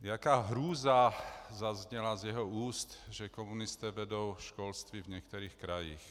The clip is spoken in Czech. Jaká hrůza zazněla z jeho úst, že komunisté vedou školství v některých krajích.